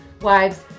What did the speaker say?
wives